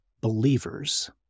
believers